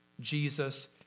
Jesus